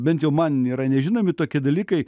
bent jau man yra nežinomi tokie dalykai